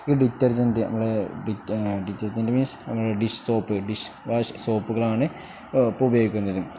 ഈ ഡിറ്റർജൻറ് നമ്മൾ d detergent means നമ്മൾ ഡിഷ് സോപ്പ് ഡിഷ് വാഷ് സോപ്പുകളാണ് ഇപ്പം ഉപയോഗിക്കുന്നത്